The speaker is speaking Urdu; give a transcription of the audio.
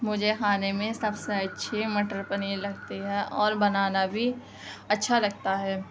مجھے کھانے میں سب سے اچھی مٹر پنیر لگتی ہے اور بنانا بھی اچھا لگتا ہے